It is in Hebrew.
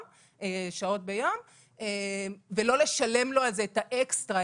שעות ביום ולא לשלם לו על זה את האקסטרה,